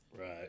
Right